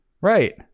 right